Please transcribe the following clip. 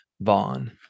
Vaughn